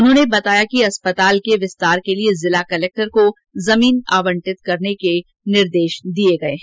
उन्होंने बताया कि अस्पताल के विस्तार के लिए जिला कलेक्टर को जमीन आवंटित करने के निर्देश दिये हैं